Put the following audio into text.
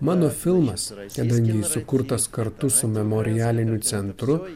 mano filmas kadangi jis sukurtas kartu su memorialiniu centru